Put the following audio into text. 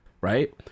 right